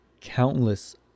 countless